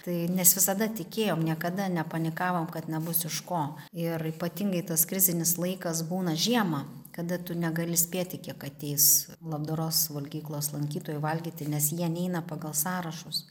tai nes visada tikėjom niekada nepanikavom kad nebus iš ko ir ypatingai tas krizinis laikas būna žiemą kada tu negali spėti kiek ateis labdaros valgyklos lankytojų valgyti nes jie neina pagal sąrašus